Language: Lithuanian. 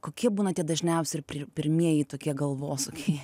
kokie būna tie dažniausi pirmieji tokie galvosūkiai